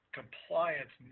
compliance